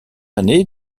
année